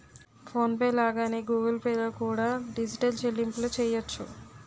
phone pay లాగానే Google Pay లో కూడా డిజిటల్ చెల్లింపులు చెయ్యొచ్చు